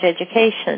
education